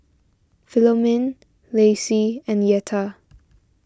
Philomene Lacy and Yetta